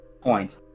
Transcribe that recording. point